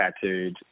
tattooed